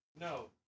No